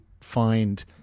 find